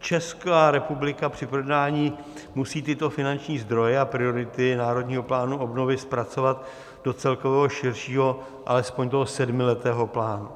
Česká republika při projednání musí tyto finanční zdroje a priority Národního plánu obnovy zpracovat do celkového širšího, alespoň sedmiletého plánu.